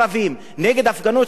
נגד הפגנות של ערבים,